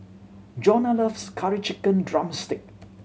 Jonna loves Curry Chicken drumstick